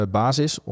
basis